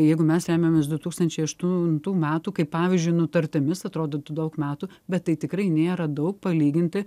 jeigu mes remiamės du tūkstančiai aštuntų metų kaip pavyzdžiui nutartimis atrodytų daug metų bet tai tikrai nėra daug palyginti